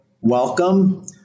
welcome